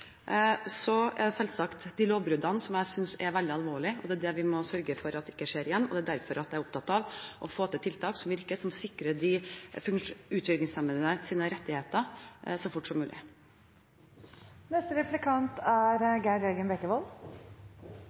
så raskt som mulig. Lovbruddene synes jeg selvsagt er veldig alvorlig, og vi må sørge for at det ikke skjer igjen. Derfor er jeg opptatt av å få til tiltak som virker, som sikrer de utviklingshemmedes rettigheter, så fort som mulig. Jeg synes det er